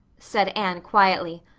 said anne quietly,